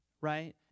right